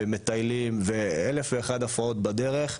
זה מטיילים ואינספור בעיות בדרך.